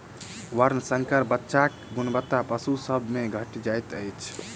वर्णशंकर बच्चाक गुणवत्ता पशु सभ मे घटि जाइत छै